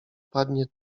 padnie